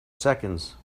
seconds